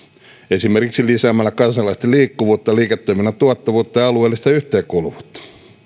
esimerkiksi lisäämällä kansalaisten liikkuvuutta liiketoiminnan tuottavuutta ja alueellista yhteenkuuluvuutta